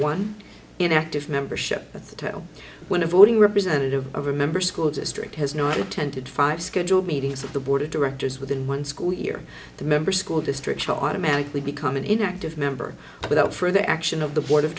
one in active membership when a voting representative of a member school district has not attended five scheduled meetings of the board of directors within one school year the member school district will automatically become an inactive member without further action of the board of